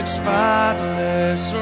spotless